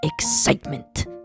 excitement